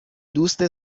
دوست